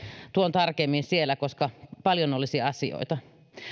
tarkemmin siellä koska paljon olisi asioita